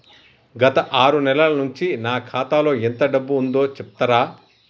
గత ఆరు నెలల నుంచి నా ఖాతా లో ఎంత డబ్బు ఉందో చెప్తరా?